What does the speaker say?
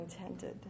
intended